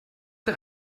der